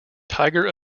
tiger